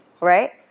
Right